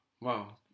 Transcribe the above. Wow